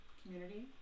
community